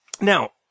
Now